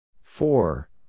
Four